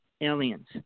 aliens